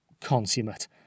consummate